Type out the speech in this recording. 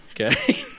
okay